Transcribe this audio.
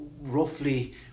roughly